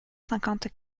cinquante